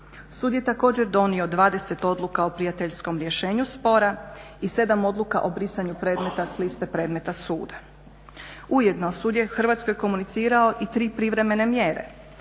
Sud je također donio 20 odluka o prijateljskom rješenju spora i 7 odluka o brisanju predmeta s liste predmeta suda. Ujedno sud je hrvatskoj komunicirao i 3 privremene mjere,